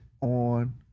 on